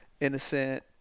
innocent